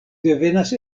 devenas